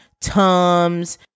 Tums